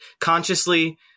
Consciously